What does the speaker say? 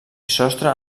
sostre